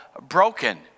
broken